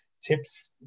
Tip's